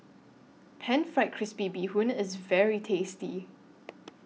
Pan Fried Crispy Bee Bee Hoon IS very tasty